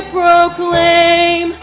proclaim